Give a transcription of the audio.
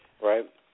right